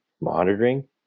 monitoring